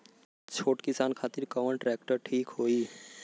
छोट किसान खातिर कवन ट्रेक्टर ठीक होई?